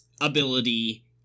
ability